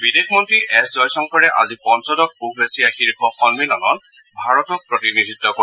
বিদেশ মন্ত্ৰী এছ জয়শংকৰে আজি পঞ্চদশ পূব এছিয়া শীৰ্ষ সন্মিলনত ভাৰতক প্ৰতিনিধিত্ব কৰিব